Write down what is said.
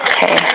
Okay